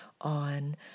on